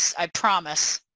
i promise.